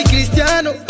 Cristiano